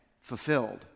fulfilled